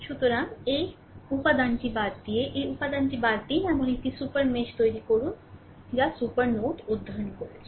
সুতরাং এই উপাদানটি বাদ দিয়ে এই উপাদানটি বাদ দিন এমন একটি সুপার মেশ তৈরি করছে যা সুপার নোড অধ্যয়ন করেছে